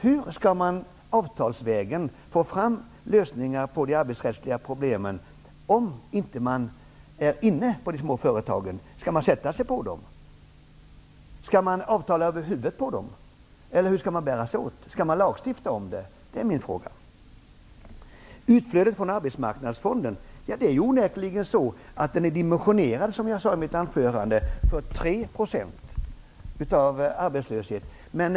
Hur skall man avtalsvägen få fram lösningar på de arbetsrättsliga problemen, om man inte finns närvarande på de små företagen? Skall man sätta sig på dem, skall man avtala över huvudet på dem, eller hur skall man bära sig åt? Skall man lagstifta om det? Det är min fråga. Ingela Thalén frågar vad jag menar med utflödet från arbetsmarknadsfonden. Det ju onekligen så att arbetsmarknadsfonden, som jag sade i mitt huvudanförande, är dimensionerad för en arbetslöshet på 3 %.